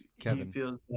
Kevin